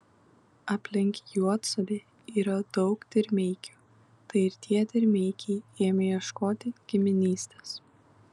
aplink juodsodę yra daug dirmeikių tai ir tie dirmeikiai ėmė ieškoti giminystės